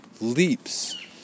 leaps